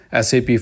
SAP